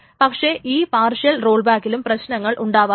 പക്ഷേ ഈ partial roll ബാക്കിലും പ്രശ്നങ്ങൾ ഉണ്ടാവാറുണ്ട്